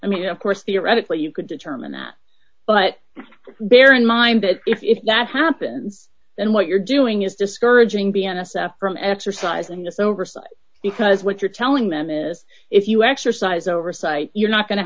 i mean of course theoretically you could determine that but bear in mind that if that happens then what you're doing is discouraging the n s f from exercising just oversight because what you're telling them is if you exercise oversight you're not going to